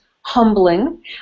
humbling